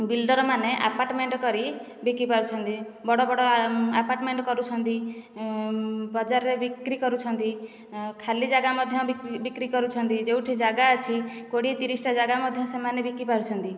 builder ମାନେ apartment କରି ବିକି ପାରୁଛନ୍ତି ବଡ଼ ବଡ଼ ଆପାର୍ଟମେଣ୍ଟ କରୁଛନ୍ତି ଉଁ ମ ମ ବଜାରରେ ବିକ୍ରି କରୁଛନ୍ତି ଅଂ ଖାଲି ଜାଗା ମଧ୍ୟ ବିକି ବିକ୍ରି କରୁଛନ୍ତି ଯେଉଁଠି ଜାଗା ଅଛି କୋଡ଼ିଏ ତିରିଶଟା ଜାଗା ମଧ୍ୟ ବିକି ପାରୁଛନ୍ତି